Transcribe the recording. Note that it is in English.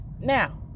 Now